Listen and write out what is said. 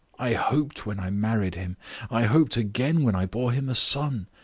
i hoped when i married him i hoped again when i bore him a son.